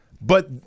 But-